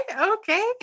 Okay